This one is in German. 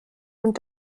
und